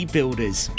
Builders